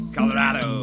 Colorado